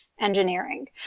engineering